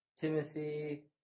Timothy